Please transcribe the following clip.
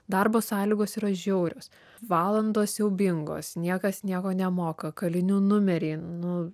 darbo sąlygos yra žiaurios valandos siaubingos niekas nieko nemoka kalinių numeriai nu